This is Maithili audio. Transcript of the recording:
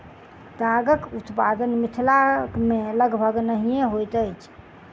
तागक उत्पादन मिथिला मे लगभग नहिये होइत अछि